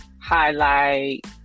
highlight